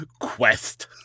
Quest